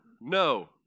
No